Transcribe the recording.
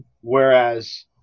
Whereas